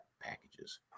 packages